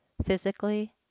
Physically